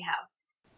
house